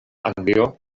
anglio